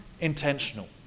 intentional